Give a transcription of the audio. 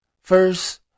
First